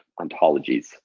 ontologies